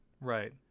right